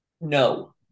No